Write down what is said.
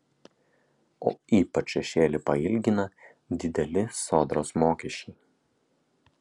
o ypač šešėlį pailgina dideli sodros mokesčiai